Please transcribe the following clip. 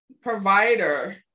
provider